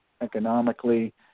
economically